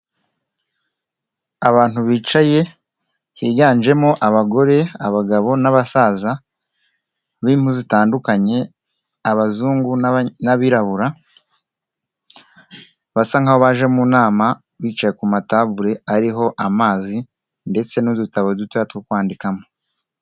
Abantu bicaye higanjemo abagore, abagabo n'abasaza b'impu zitandukanye abazungu n'abirabura basa nkaho baje mu nama, bicaye ku matabure ariho amazi ndetse n'udutabo duto two kwandikamo.